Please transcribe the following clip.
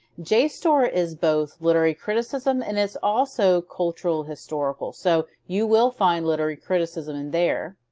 jstor is both literary criticism and it's also cultural historical so you will find literary criticism in there.